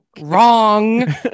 wrong